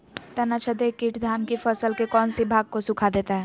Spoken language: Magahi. तनाछदेक किट धान की फसल के कौन सी भाग को सुखा देता है?